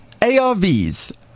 ARVs